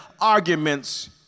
arguments